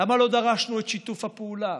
למה לא דרשנו את שיתוף הפעולה?